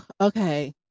Okay